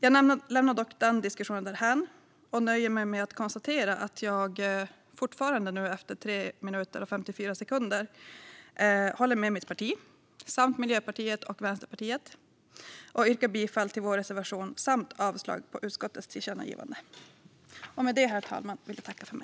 Jag lämnar dock den diskussionen därhän och nöjer mig med att konstatera att jag fortfarande, efter 3 minuter och 54 sekunder, håller med mitt parti samt Miljöpartiet och Vänsterpartiet och yrkar bifall till vår reservation samt avslag på utskottets förslag om tillkännagivande.